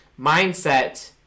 mindset